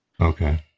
Okay